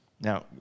Now